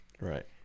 Right